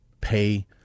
pay